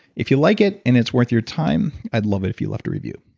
if you like it and it's worth your time, i'd love it if you left a review